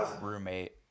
roommate